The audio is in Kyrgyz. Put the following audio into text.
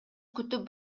күтүп